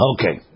Okay